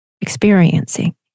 experiencing